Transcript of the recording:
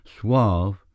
suave